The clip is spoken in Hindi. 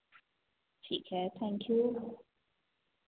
ठीक है थैंक यू